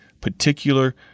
particular